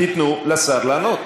תיתנו לשר לענות.